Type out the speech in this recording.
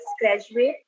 graduate